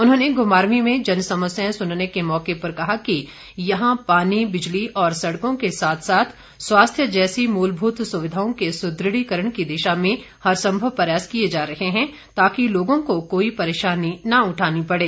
उन्होंने घुमारवीं में जनसमस्या सुनने के मौके पर कहा कि यहां पानी बिजली और सड़कों केसाथ साथ स्वास्थ्य जैसी मूलभूत सुविधाओं के सुदृढ़ीकरण की दिशा में हर संभव प्रयास किए जा रहे हैं ताकि लोगों को कोई परेशानी न उठानी पड़े